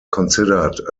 considered